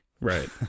Right